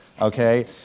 Okay